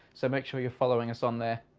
so make sure you're following us on there.